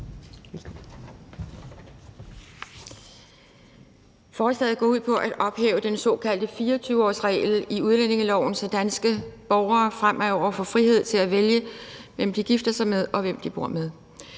Forslaget går ud på at ophæve den såkaldte 24-årsregel i udlændingeloven, så danske borgere fremover får frihed til at vælge, hvem de gifter sig med, og hvem de bor med.